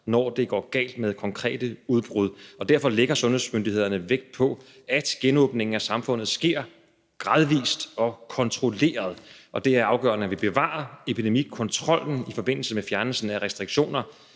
når det går galt med konkrete udbrud, og derfor lægger sundhedsmyndighederne vægt på, at genåbningen af samfundet sker gradvis og kontrolleret. Det er afgørende, at vi bevarer epidemikontrollen i forbindelse med fjernelsen af restriktioner,